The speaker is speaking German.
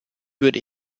würde